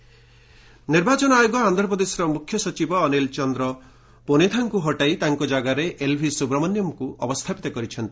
AP chief secretary ନିର୍ବାଚନ ଆୟୋଗ ଆନ୍ଧ୍ରପ୍ରଦେଶର ମୁଖ୍ୟସଚିବ ଅନୀଲ ଚନ୍ଦ୍ର ପୋନେଥାଙ୍କୁ ହଟାଇ ତାଙ୍କ ଜାଗାରେ ଏଲ୍ଭି ସୁବ୍ରମଣ୍ୟମଙ୍କୁ ଅବସ୍ଥାପିତ କରିଛନ୍ତି